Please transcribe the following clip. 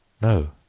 No